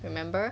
remember